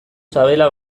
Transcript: sabela